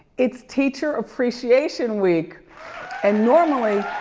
it's teacher appreciation week and normally,